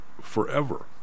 forever